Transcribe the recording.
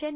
N